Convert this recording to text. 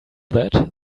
that